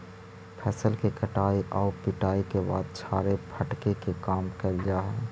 फसल के कटाई आउ पिटाई के बाद छाड़े फटके के काम कैल जा हइ